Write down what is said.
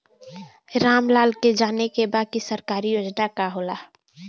राम लाल के जाने के बा की सरकारी योजना का होला?